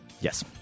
Yes